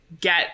get